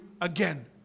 again